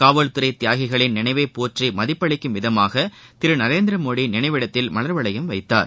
காவல்துறை தியாகிகளின் நினைவைப் போற்றி மதிப்பளிக்கும் விதமாக திரு நரேந்திரமோடி நினைவிடத்தில மலர்வளையம் வைத்தார்